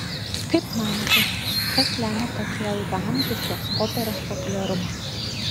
kaip manote kas lemia tokį ilgaamžį šios operos populiarumą